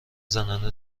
زننده